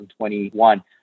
2021